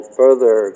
further